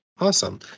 Awesome